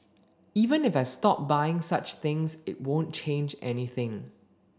even if I stop buying such things it won't change anything